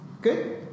good